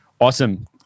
awesome